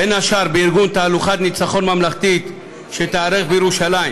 בין השאר בארגון תהלוכת ניצחון ממלכתית שתיערך בירושלים.